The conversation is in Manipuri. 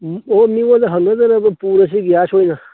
ꯎꯝ ꯑꯣ ꯃꯤꯉꯣꯟꯗ ꯍꯪꯅꯗꯅꯕ ꯄꯨꯔꯁꯤ ꯒ꯭ꯋꯥꯁ ꯑꯣꯏꯅ